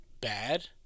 bad